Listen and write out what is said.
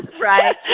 right